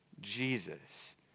Jesus